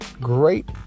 great